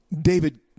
David